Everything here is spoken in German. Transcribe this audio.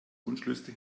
wunschliste